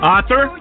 Author